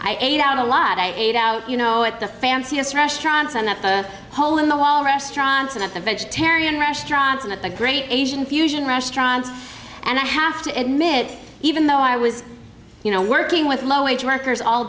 i ate out a lot i ate out you know at the fanciest restaurants and the hole in the wall restaurants and a vegetarian restaurants and a great asian fusion rash trans and i have to admit even though i was you know working with low wage workers all